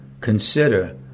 consider